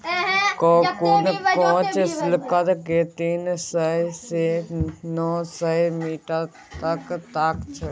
cocoon काँच सिल्कक तीन सय सँ नौ सय मीटरक ताग छै